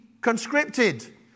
conscripted